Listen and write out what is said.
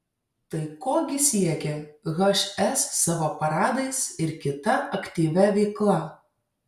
tai ko gi siekia hs savo paradais ir kita aktyvia veikla